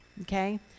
okay